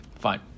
Fine